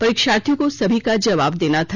परीक्षार्थियों को सभी का जवाब देना था